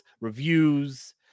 reviews